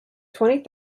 twenty